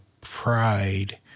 pride